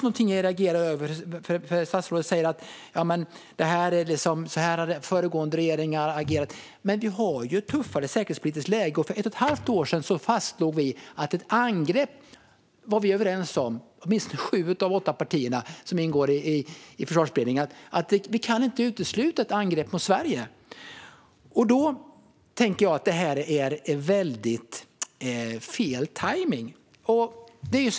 Jag reagerar på att statsrådet säger att föregående regeringar har agerat på samma sätt. Men nu har vi ett tuffare säkerhetspolitiskt läge. För ett och ett halvt år sedan var åtminstone sju av de åtta partier som ingår i Försvarsberedningen överens om att man inte kan utesluta ett angrepp mot Sverige. Då tänker jag att det här är fel tajmning.